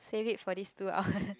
save it for this two hours